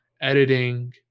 editing